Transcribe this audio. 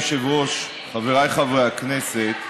אדוני היושב-ראש, חבריי חברי הכנסת,